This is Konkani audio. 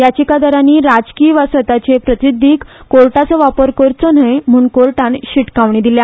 याचिकादारांनी राजकी वा स्वताचे प्रसिध्दीक कोर्टाचो वापर करचो न्ही म्ह्ण कोर्टान शिटकावणी दिल्या